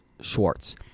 Schwartz